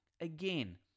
Again